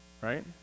Right